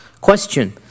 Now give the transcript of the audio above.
question